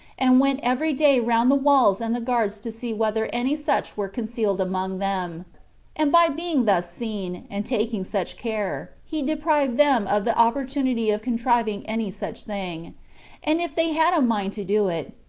and went every day round the walls and the guards to see whether any such were concealed among them and by being thus seen, and taking such care, he deprived them of the opportunity of contriving any such thing and if they had a mind to do it,